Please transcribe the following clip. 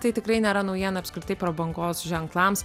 tai tikrai nėra naujiena apskritai prabangos ženklams